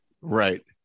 Right